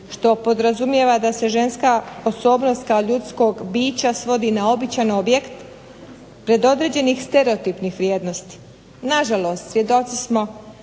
što podrazumijeva da se ženska osobna kao ljudskog bića svodi na običan objekt predodređenih stereotipnih vrijednosti. Na žalost, svjedoci smo